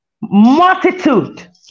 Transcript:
multitude